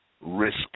risk